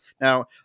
Now